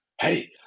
hey